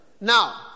Now